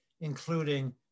including